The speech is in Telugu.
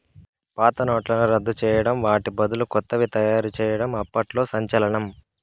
పాత నోట్లను రద్దు చేయడం వాటి బదులు కొత్తవి తయారు చేయడం అప్పట్లో సంచలనం